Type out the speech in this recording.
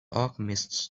alchemists